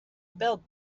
build